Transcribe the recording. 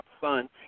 fun